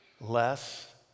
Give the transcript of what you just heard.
less